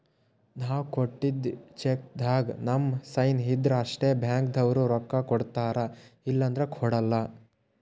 ನಾವ್ ಕೊಟ್ಟಿದ್ದ್ ಚೆಕ್ಕ್ದಾಗ್ ನಮ್ ಸೈನ್ ಇದ್ರ್ ಅಷ್ಟೇ ಬ್ಯಾಂಕ್ದವ್ರು ರೊಕ್ಕಾ ಕೊಡ್ತಾರ ಇಲ್ಲಂದ್ರ ಕೊಡಲ್ಲ